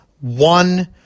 one